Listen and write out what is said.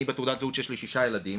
אני בתעודת זהות שיש לי שישה ילדים,